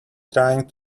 trying